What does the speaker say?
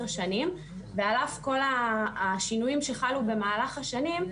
שנים ועל אף כל השינויים שחלו במהלך השנים,